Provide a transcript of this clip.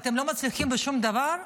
ואתם לא מצליחים בשום דבר,